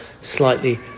slightly